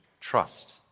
trust